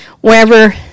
wherever